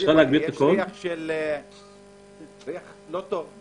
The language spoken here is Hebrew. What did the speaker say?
זה שיח לא טוב.